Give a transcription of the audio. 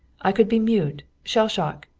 i could be mute shell shock.